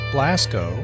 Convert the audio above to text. Blasco